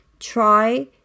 try